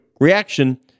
reaction